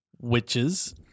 Witches